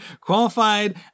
qualified